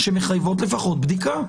שמחייבות לפחות בדיקה.